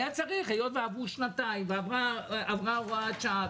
היות ועברו שנתיים ופג זמנה של הוראת השעה,